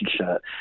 shirt